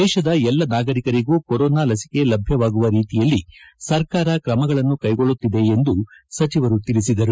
ದೇಶದ ಎಲ್ಲ ನಾಗರಿಕರಿಗೂ ಕೊರೊನಾ ಲಸಿಕೆ ಲಭ್ಯವಾಗುವ ರೀತಿಯಲ್ಲಿ ಸರ್ಕಾರ ಕ್ರಮಗಳನ್ನು ಕೈಗೊಳ್ಳುತ್ತಿದೆ ಎಂದು ಸಚಿವರು ಹೇಳಿದ್ದಾರೆ